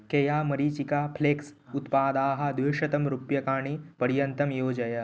केया मरीचिका फ़्लेक्स् उत्पादाः द्विशतं रूप्यकाणि पर्यन्तं योजय